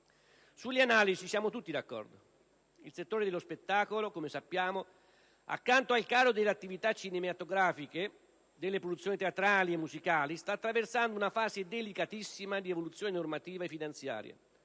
Sulle analisi siamo tutti d'accordo. Il settore dello spettacolo, come sappiamo, accanto al calo delle attività cinematografiche, delle produzioni teatrali e musicali, sta attraversando una fase delicatissima di evoluzione normativa e finanziaria.